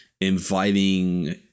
inviting